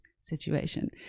situation